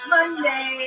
Monday